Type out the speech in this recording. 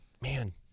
man